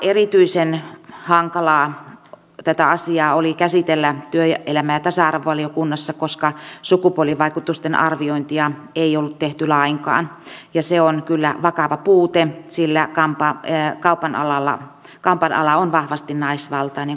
erityisen hankalaa tätä asiaa oli käsitellä työelämä ja tasa arvovaliokunnassa koska sukupuolivaikutusten arviointia ei oltu tehty lainkaan ja se on kyllä vakava puute sillä kaupan ala on vahvasti naisvaltainen kuten tiedämme